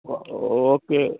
okay